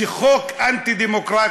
זה חוק אנטי-דמוקרטי,